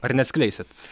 ar neatskleisit